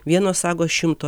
vienos sagos šimto